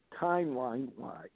timeline-wise